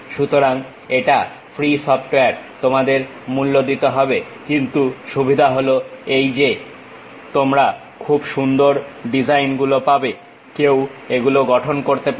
সুতরাং এটা free software তোমাদের মূল্য দিতে হবে কিন্তু সুবিধা হল এই যে তোমরা খুব সুন্দর ডিজাইনগুলো পাবে কেউ এগুলো গঠন করতে পারে